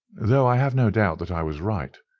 though i have no doubt that i was right.